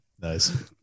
Nice